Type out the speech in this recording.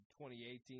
2018